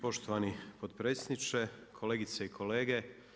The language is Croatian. Poštovani potpredsjedniče, kolegice i kolege.